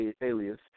alias